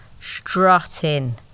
Strutting